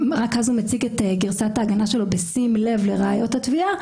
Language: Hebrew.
את גרסת ההגנה שלו בשים לב לראיות התביעה